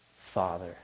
Father